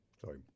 sorry